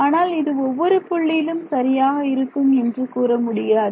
ஆனால் இது ஒவ்வொரு புள்ளியிலும் சரியாக இருக்கும் என்று கூற முடியாது